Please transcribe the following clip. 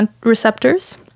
receptors